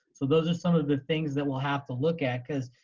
so those are some of the things that we'll have to look at, cause,